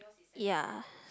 ya